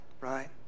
right